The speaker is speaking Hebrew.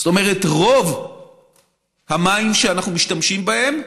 זאת אומרת, רוב המים שאנחנו משתמשים בהם,